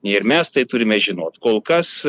ir mes tai turime žinot kol kas